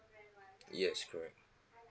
yes correct